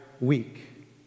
week